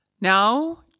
Now